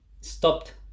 stopped